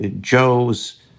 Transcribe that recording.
Joe's